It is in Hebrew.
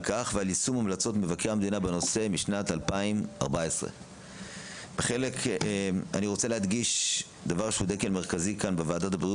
ואת ההתייחסות להמלצות מבקר המדינה בנושא משנת 2014. אני רוצה להדגיש דבר שהוא דגל מרכזי בוועדה שלנו: